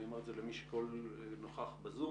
אני אומר את זה למי שנוכח בזום,